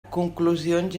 conclusions